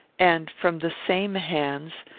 and, from the same hands,